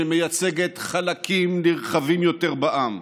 שמייצגת חלקים נרחבים יותר בעם.